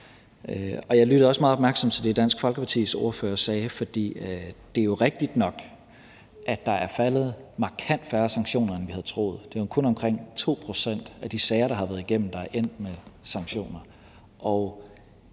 jeg lyttede også meget opmærksomt til det, Dansk Folkepartis ordfører sagde, for det er jo rigtigt nok, at der er faldet markant færre sanktioner, end vi havde troet. Det er jo kun omkring 2 pct. af de sager, der har været igennem, der er endt med sanktioner.